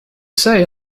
say